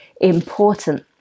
important